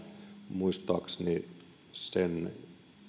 muistaakseni sen